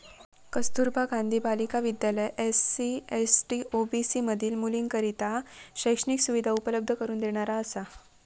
कस्तुरबा गांधी बालिका विद्यालय SC, ST, OBC मधील मुलींकरता शैक्षणिक सुविधा उपलब्ध करून देणारा असा